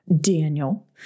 Daniel